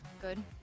good